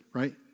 right